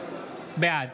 בעד